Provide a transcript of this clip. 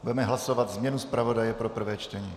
Budeme hlasovat změnu zpravodaje pro prvé čtení.